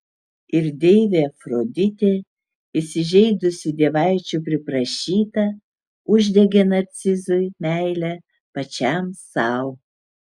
ir deivė afroditė įsižeidusių dievaičių priprašyta uždegė narcizui meilę pačiam sau